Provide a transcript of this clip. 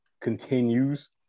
continues